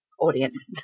audience